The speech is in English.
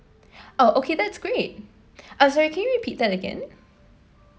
oh okay that's great uh sorry can you repeat that again